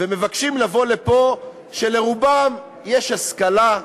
ומבקשים לבוא לפה, ולרובם יש השכלה.